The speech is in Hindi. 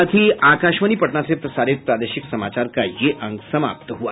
इसके साथ ही आकाशवाणी पटना से प्रसारित प्रादेशिक समाचार का ये अंक समाप्त हुआ